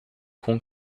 com